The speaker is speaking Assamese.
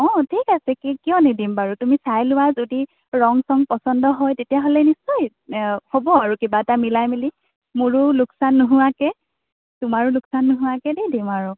অ ঠিক আছে কিয় নিদিম বাৰু তুমি চাই লোৱা যদি ৰং চং পচন্দ হয় তেতিয়াহ'লে নিশ্চয় হ'ব আৰু কিবা এটা মিলাই মেলি মোৰো লোকচান নোহোৱাকৈ তোমাৰো লোকচান নোহোৱাকৈ দি দিম আৰু